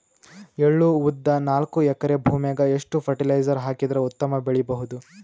ಎಳ್ಳು, ಉದ್ದ ನಾಲ್ಕಎಕರೆ ಭೂಮಿಗ ಎಷ್ಟ ಫರಟಿಲೈಜರ ಹಾಕಿದರ ಉತ್ತಮ ಬೆಳಿ ಬಹುದು?